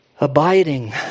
Abiding